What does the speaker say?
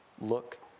Look